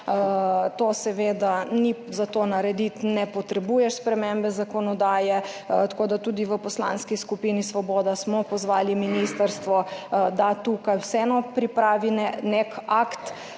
akta. Za to narediti seveda ne potrebuješ spremembe zakonodaje, tako da smo tudi v Poslanski skupini Svoboda pozvali ministrstvo, da tukaj vseeno pripravi nek akt